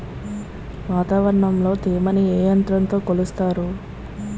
వాతావరణంలో తేమని ఏ యంత్రంతో కొలుస్తారు?